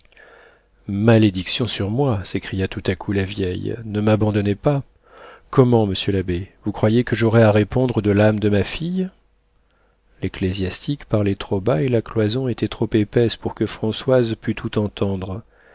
malédiction sur moi s'écria tout à coup la vieille ne m'abandonnez pas comment monsieur l'abbé vous croyez que j'aurai à répondre de l'âme de ma fille l'ecclésiastique parlait trop bas et la cloison était trop épaisse pour que françoise pût tout entendre